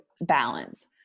balance